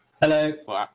Hello